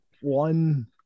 one